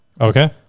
Okay